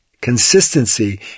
consistency